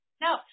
No